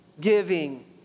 giving